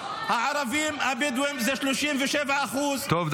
הערבים הבדואים זה 37% -- טוב,